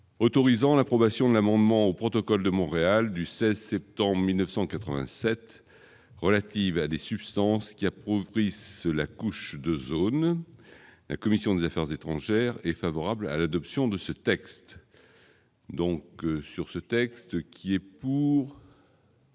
autorisant l'approbation de l'amendement au protocole de Montréal du 16 septembre 1987 relatives à des substances qui appauvrissent la couche de zones, la commission des affaires étrangères et favorable à l'adoption de ce texte donc sur ce texte qui est pour.